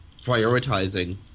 prioritizing